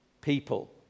people